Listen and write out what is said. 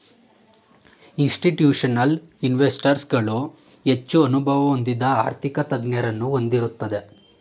institutional investors ಗಳು ಹೆಚ್ಚು ಅನುಭವ ಹೊಂದಿದ ಆರ್ಥಿಕ ತಜ್ಞರನ್ನು ಹೊಂದಿರುತ್ತದೆ